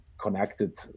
connected